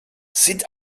sind